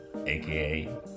aka